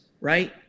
right